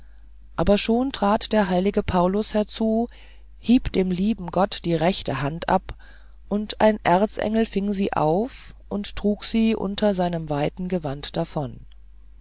aber schon trat der heilige paulus herzu hieb dem lieben gott die rechte hand ab und ein erzengel fing sie auf und trug sie unter seinem weiten gewand davon